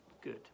good